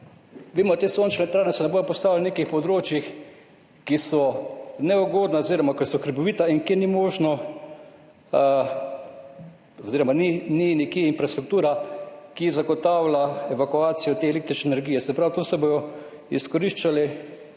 Vemo, te sončne elektrarne se ne bodo postavile na nekih področjih, ki so neugodna oziroma ki so hribovita in kjer ni možno oziroma ni nekje infrastruktura, ki zagotavlja evakuacijo te električne energije. Se pravi, tu se bodo izkoriščali,